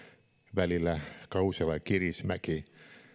välillä kausela kirismäki